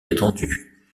étendus